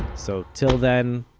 so till then,